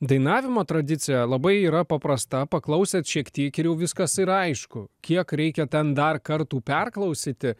dainavimo tradicija labai yra paprasta paklausėt šiek tiek ir jau viskas yra aišku kiek reikia ten dar kartų perklausyti